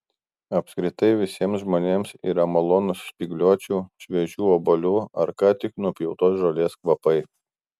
apskritai visiems žmonėms yra malonūs spygliuočių šviežių obuolių ar ką tik nupjautos žolės kvapai